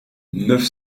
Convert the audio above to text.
neuf